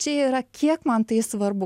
čia yra kiek man tai svarbu